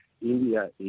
India